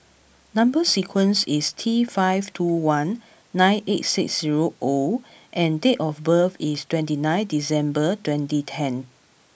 number sequence is T five two one nine eight six zero O and date of birth is twenty nine December twenty ten